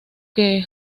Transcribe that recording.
que